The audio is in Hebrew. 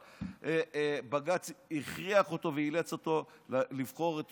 אבל בג"ץ הכריח אותו ואילץ אותו לבחור את